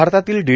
भारतातील डी